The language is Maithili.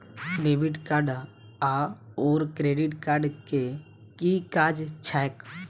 डेबिट कार्ड आओर क्रेडिट कार्ड केँ की काज छैक?